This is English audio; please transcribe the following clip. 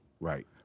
Right